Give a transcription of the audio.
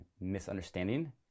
misunderstanding